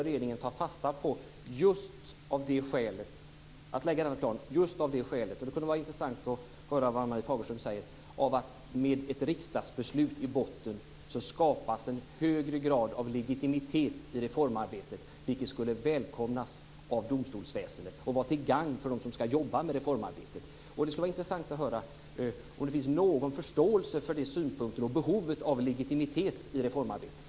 Regeringen skulle ta fasta på detta och lägga fram planen just av det skälet - det kunde vara intressant att höra vad Ann-Marie Fagerström säger - att ett riksdagsbeslut i botten gör att det skapas en högre grad av legitimitet i reformarbetet, vilket skulle välkomnas av domstolsväsendet och vara till gagn för dem som ska jobba med reformarbetet. Det skulle vara intressant att höra om det finns någon förståelse för synpunkterna på behovet av legitimitet i reformarbetet.